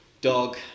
dog